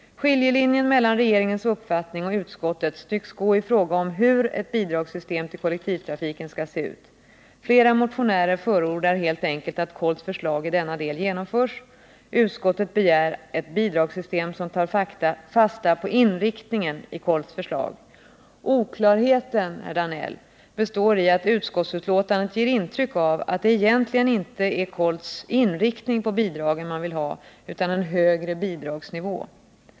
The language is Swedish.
Skiljelinjen mellan regeringens uppfattning och utskottets tycks gå i fråga om hur ett bidragssystem till kollektivtrafiken skall se ut. Flera motionärer förordar helt enkelt att KOLT:s förslag i denna del genomförs. Utskottet begär ett bidragssystem som tar fasta på inriktningen i KOLT:s förslag. Oklarheten, Georg Danell, består i att utskottsbetänkandet ger intryck att det egentligen inte är KOLT:s inriktning på bidragen som man vill ha utan en högre bidragsnivå.